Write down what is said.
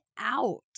out